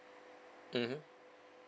mmhmm